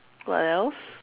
what else